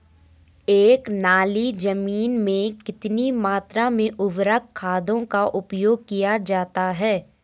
एक नाली जमीन में कितनी मात्रा में उर्वरक खादों का प्रयोग किया जाता है?